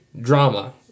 drama